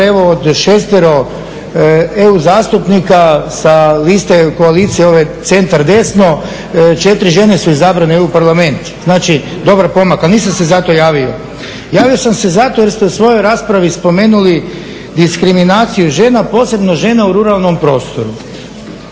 od šestero EU zastupnika sa liste koalicije ove Centar desno četiri žene su izabrane u EU parlament. Znači, dobar pomak, ali nisam se zato javio. Javio sam se zato jer ste u svojoj raspravi spomenuli diskriminaciju žena, posebno žena u ruralnom prostoru.